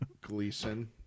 Gleason